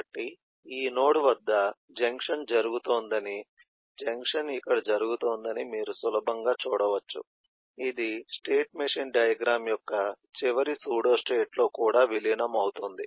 కాబట్టి ఈ నోడ్ వద్ద జంక్షన్ జరుగుతోందని జంక్షన్ ఇక్కడ జరుగుతోందని మీరు సులభంగా చూడవచ్చు ఇది స్టేట్ మెషిన్ డయాగ్రమ్ యొక్క చివరి సూడోస్టేట్లో కూడా విలీనం అవుతుంది